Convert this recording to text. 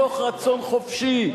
מתוך רצון חופשי,